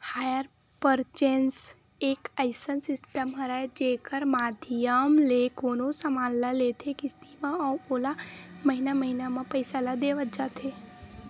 hire purchase एक अइसन system हरय जेखर माधियम ले कोनो समान ल लेथे किस्ती म अउ ओला महिना महिना म पइसा ल देवत जाथे